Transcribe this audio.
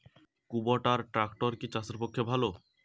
কুবটার ট্রাকটার কি চাষের পক্ষে ভালো?